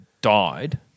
died